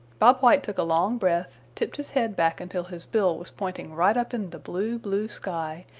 bob white took a long breath, tipped his head back until his bill was pointing right up in the blue, blue sky,